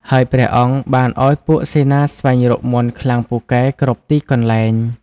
ហើយព្រះអង្គបានឲ្យពួកសេនាស្វែងរកមាន់ខ្លាំងពូកែគ្រប់ទីកន្លែង។